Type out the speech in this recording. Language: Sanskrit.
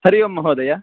हरि ओम् महोदय